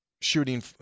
shooting